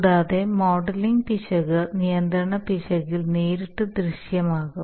കൂടാതെ മോഡലിംഗ് പിശക് നിയന്ത്രണ പിശകിൽ നേരിട്ട് ദൃശ്യമാകും